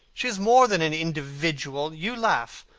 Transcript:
she is more than an individual. you laugh,